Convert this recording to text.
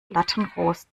lattenrost